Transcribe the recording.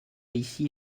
ici